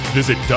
Visit